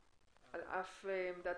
על אף עמדת